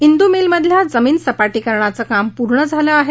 इंदूमिलमधल्या जमीन सपाटीकरणाचं काम पूर्ण झालं आहे